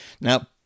Now